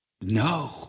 no